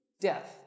death